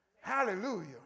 Hallelujah